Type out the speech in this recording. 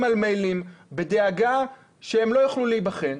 על מיילים בדאגה שהם לא יוכלו להיבחן.